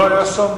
לא היה שם,